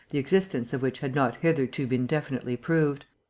the existence of which had not hitherto been definitely proved.